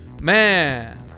man